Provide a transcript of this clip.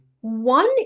One